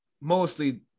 mostly